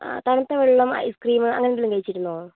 തണുത്ത വെള്ളം ഐസ്ക്രീം അങ്ങനെയെന്തെങ്കിലും കഴിച്ചിരുന്നോ